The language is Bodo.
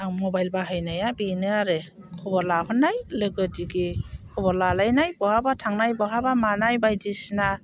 आं मबाइल बाहायनाया बेनो आरो खबर लाहरनाय लोगोदिगि खबर लालायनाय बहाबा थांनाय बहाबा मानाय बायदिसिना